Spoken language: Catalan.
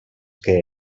que